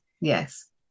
yes